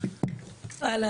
הלאה,